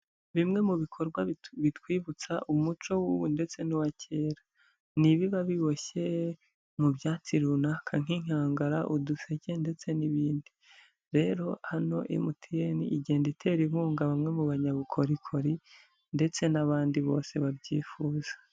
Bimwe mu bikorwa bitwibutsa umuco w'ubu ndetse n'uwa kera, ni ibiba biboshye mu byatsi runaka nk'inkangara, uduseke ndetse n'ibindi, rero hano MTN igenda itera inkunga bamwe mu banyabukorikori ndetse n'abandi bose babyifuza.